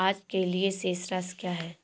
आज के लिए शेष राशि क्या है?